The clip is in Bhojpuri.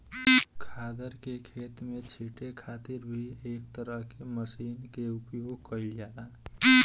खादर के खेत में छींटे खातिर भी एक तरह के मशीन के उपयोग कईल जाला